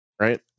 right